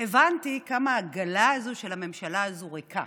הבנתי כמה העגלה הזו של הממשלה הזו ריקה.